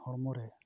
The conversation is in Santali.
ᱦᱚᱲᱢᱚᱨᱮ